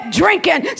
drinking